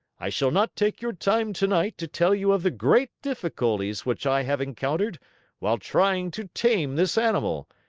i shall not take your time tonight to tell you of the great difficulties which i have encountered while trying to tame this animal,